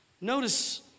Notice